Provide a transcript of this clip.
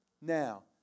Now